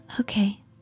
Okay